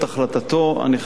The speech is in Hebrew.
אני חייב לציין,